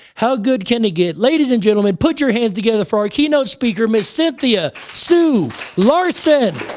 how good can it get? ladies and gentlemen, put your hands together for our keynote speaker, miss cynthia sue larson.